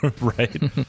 right